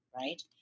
right